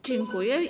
Dziękuję.